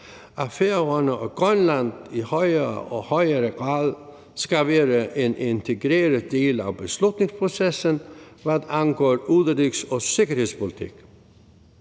Færøerne og Grønland i højere og højere grad skal være en integreret del af beslutningsprocessen, hvad angår udenrigs- og sikkerhedspolitik.